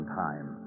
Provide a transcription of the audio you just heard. time